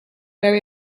very